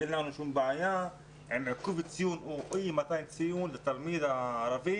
אין לנו בעיה באי מתן ציון לתלמיד הערבי